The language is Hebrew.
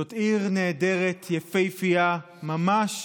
זו עיר נהדרת, יפהפייה, ממש